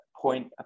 point